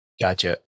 Gotcha